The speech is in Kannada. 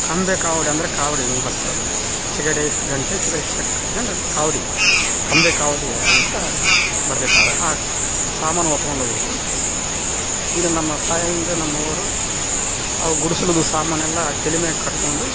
ಕಂಬೆ ಕಾವ್ಡಿ ಅಂದ್ರ ಕಾವ್ಡಿ ಹಿಂಗ್ ಬರ್ತದ ಆಚೆಗಡೆ ಇಷ್ಟು ಗಂಟೆ ಈಚೆಕಡೆ ಇಷ್ಟು ಗಂಟೆ ಕಟ್ಕಂಡು ಕಾವ್ಡಿ ಕಂಬೆ ಕಾವ್ಡಿ ಅಂತ ಬರ್ತೈತಾವಾಗ ಆ ಆ ಸಾಮಾನು ಹೊತ್ಕೊಂಡೊಗ್ಬೇಕು ಇದು ನಮ್ಮ ತಾಯಂದ್ರ ನಮ್ಮವ್ವರು ಅವ ಗುಡ್ಸ್ಲಿದು ಸಾಮಾನೆಲ್ಲ ತಲೆ ಮ್ಯಾಗ ಕಟ್ಕೊಂಡು